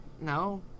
No